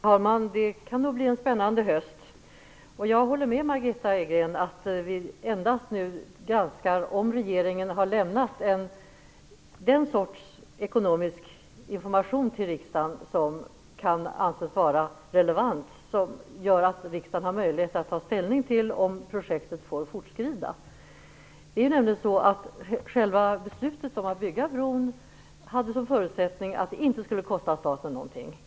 Herr talman! Det kan nog bli en spännande höst. Jag håller med Margitta Edgren om att vi nu endast granskar om regeringen har lämnat sådan ekonomisk information till riksdagen som kan anses vara relevant och som gör att riksdagen har möjlighet att ta ställning till om projektet får fortskrida. Själva beslutet om att bygga bron hade nämligen som förutsättning att det inte skulle kosta staten någonting.